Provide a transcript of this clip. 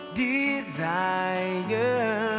desire